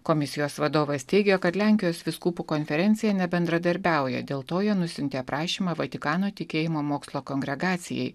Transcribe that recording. komisijos vadovas teigia kad lenkijos vyskupų konferencija nebendradarbiauja dėl to jie nusiuntė prašymą vatikano tikėjimo mokslo kongregacijai